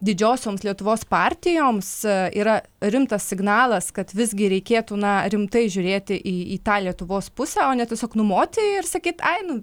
didžiosioms lietuvos partijoms yra rimtas signalas kad visgi reikėtų na rimtai žiūrėti į į tą lietuvos pusę o ne tiesiog numoti ir sakyti ai nu